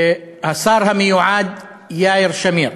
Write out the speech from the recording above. והשר יאיר שמיר,